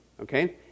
okay